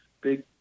big